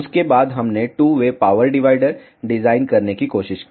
उसके बाद हमने two way power divider design करने की कोशिश की